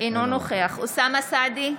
אינו נוכח אוסאמה סעדי,